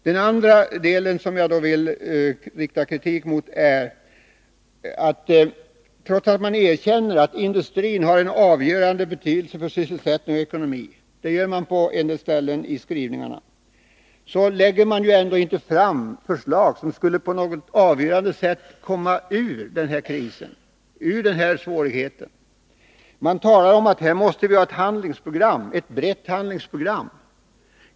Vad jag för det andra vill rikta kritik mot är att man, trots att man på en del ställen i skrivningarna erkänner att industrin har en avgörande betydelse för sysselsättning och ekonomi, ändå inte lägger fram förslag som på något avgörande sätt skulle hjälpa oss att komma ur den här krisen. Man talar om att vi måste ha ett brett handlingsprogram.